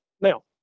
now